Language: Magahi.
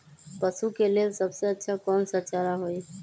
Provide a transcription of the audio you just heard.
पशु के लेल सबसे अच्छा कौन सा चारा होई?